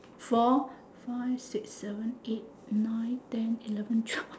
four five six seven eight nine ten eleven twelve